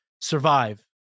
survive